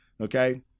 Okay